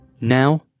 Now